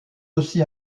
aussi